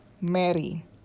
Mary